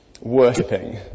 worshipping